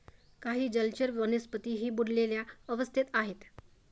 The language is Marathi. काही जलचर वनस्पतीही बुडलेल्या अवस्थेत आहेत